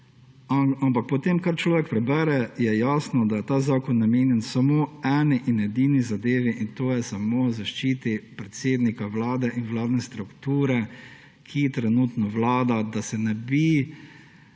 ampak po tem, kar človek prebere, je jasno, da je ta zakon namenjen samo eni in edini zadevi; in to je samo zaščiti predsednika Vlade in vladne strukture, ki trenutno vlada, da se ne bi